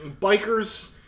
bikers